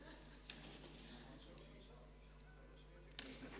לדיון מוקדם בוועדה שתקבע ועדת הכנסת נתקבלה.